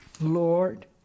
Lord